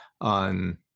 on